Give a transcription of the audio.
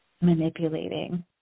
manipulating